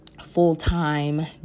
full-time